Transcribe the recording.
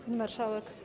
Pani Marszałek!